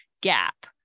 gap